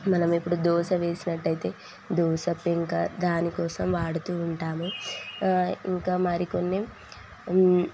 మనం ఇప్పుడు దోశ వేసినట్టయితే దోశ పెంక దానికోసం వాడుతూ ఉంటాము ఇంకా మరి కొన్ని